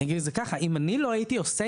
אגיד את זה ככה אם אני לא הייתי עושה